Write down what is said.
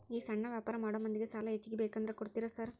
ಈ ಸಣ್ಣ ವ್ಯಾಪಾರ ಮಾಡೋ ಮಂದಿಗೆ ಸಾಲ ಹೆಚ್ಚಿಗಿ ಬೇಕಂದ್ರ ಕೊಡ್ತೇರಾ ಸಾರ್?